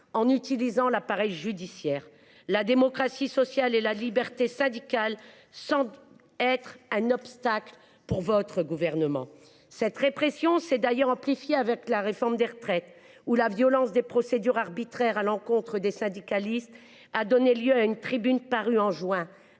en utilisant l’appareil judiciaire. La démocratie sociale et la liberté syndicale semblent un obstacle pour votre gouvernement. Cette répression s’est d’ailleurs amplifiée avec la réforme des retraites où la violence des procédures arbitraires à l’encontre des syndicalistes a donné lieu à une tribune parue dans